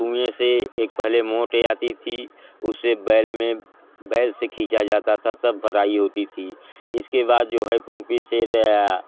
कुएँ से एक पहले मोटे आती थी उसे बैल मे बैल से खींचा जाता था तब भराई होती थी इसके बाद जो है पम्पीसेट आया